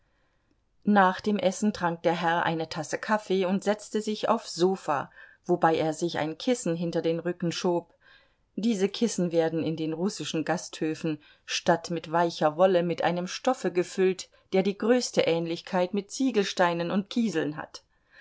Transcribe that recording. nach dem essen trank der herr eine tasse kaffee und setzte sich aufs sofa wobei er sich ein kissen hinter den rücken schob diese kissen werden in den russischen gasthöfen statt mit weicher wolle mit einem stoffe gefüllt der die größte ähnlichkeit mit ziegelsteinen und kieseln hat